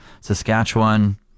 Saskatchewan